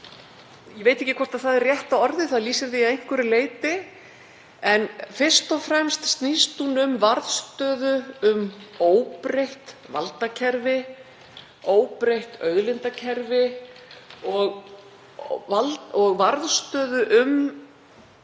Ég veit ekki hvort það er rétta orðið, en það lýsir því að einhverju leyti. En fyrst og fremst snýst hún um varðstöðu um óbreytt valdakerfi, óbreytt auðlindakerfi og varðstöðu um